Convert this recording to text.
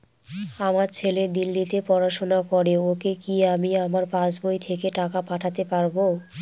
আমার ছেলে দিল্লীতে পড়াশোনা করে ওকে কি আমি আমার পাসবই থেকে টাকা পাঠাতে পারব?